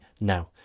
now